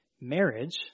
marriage